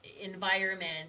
environment